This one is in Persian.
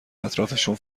اطرافشون